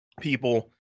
people